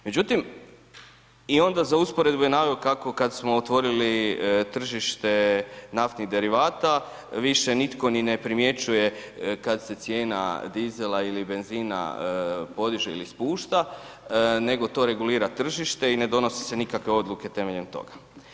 Međutim i onda je za usporedbu je naveo kako kad smo otvorili tržište naftnih derivata više nitko ni ne primjećuje kad se cijena dizela ili benzina podiže ili spušta, nego to regulira tržište i ne donose se nikakve odluke temeljem toga.